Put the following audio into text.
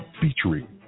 featuring